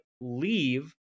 leave